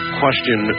question